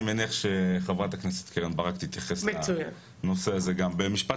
אני מניח שחברת הכנסת קרן ברק תתייחס לנושא הזה גם.